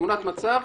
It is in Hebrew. תמונת מצב,